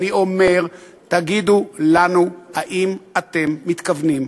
אני אומר: תגידו לנו האם אתם מתכוונים,